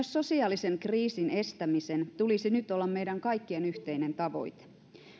sosiaalisen kriisin estämisen tulisi nyt olla meidän kaikkien yhteinen tavoite